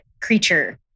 creature